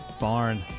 Barn